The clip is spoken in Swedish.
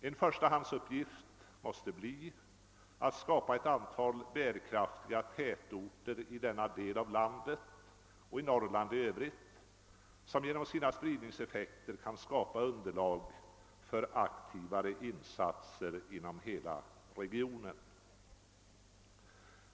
En förstahandsuppgift måste bli att skapa ett antal bärkraftiga tätorter i denna del av landet och i Norrland i övrigt, som genom sina spridningseffekter kan skapa underlag för mera aktiva insatser inom hela regionen.